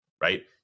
right